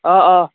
অ অ